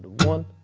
one,